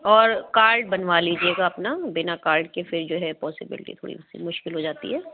اور کارڈ بنوا لیجیے گا اپنا بنا کارڈ کے پھر جو ہے پوسیبلٹی تھوڑی سی مشکل ہو جاتی ہے